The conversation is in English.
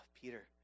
Peter